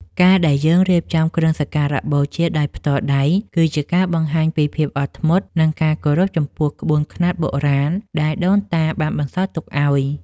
ការដែលយើងរៀបចំគ្រឿងសក្ការបូជាដោយផ្ទាល់ដៃ គឺជាការបង្ហាញពីភាពអត់ធ្មត់ និងការគោរពចំពោះក្បួនខ្នាតបុរាណដែលដូនតាបានបន្សល់ទុកឱ្យ។